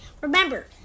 Remember